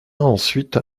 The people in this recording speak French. ensuite